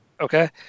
Okay